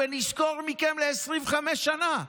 נשכור מכם ל-25 שנה,